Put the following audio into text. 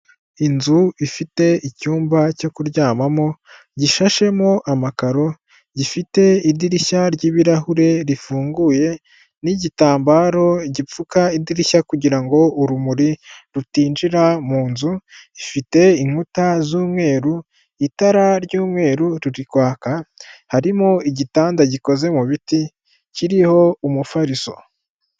Inzu ifite icyumba cyo kuryamamo, gishashemo amakaro, gifite idirishya ry'ibirahure rifunguye, n'igitambaro gipfuka idirishya kugirango urumuri rutinjira mu nzu, ifite inkuta z'umweru, itara ry'umweru ririkwaka, harimo igitanda gikoze mu biti kiriho umufariso.